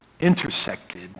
intersected